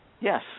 Yes